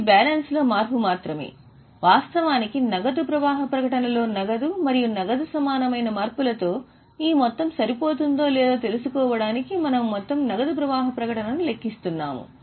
ఇది బ్యాలెన్స్ లో మార్పు మాత్రమే వాస్తవానికి నగదు ప్రవాహ ప్రకటనలో నగదు మరియు నగదు సమానమైన మార్పులతో ఈ మొత్తం సరిపోతుందో లేదో తెలుసుకోవడానికి మనము మొత్తం నగదు ప్రవాహ ప్రకటనను లెక్కిస్తున్నాము